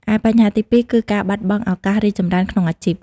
ឯបញ្ហាទីពីរ គឺ ការបាត់បង់ឱកាសរីកចម្រើនក្នុងអាជីព។